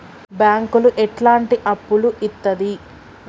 బ్యాంకులు ఎట్లాంటి అప్పులు ఇత్తది?